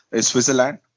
Switzerland